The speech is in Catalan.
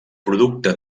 producte